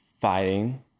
fighting